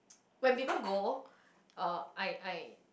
when people go uh I I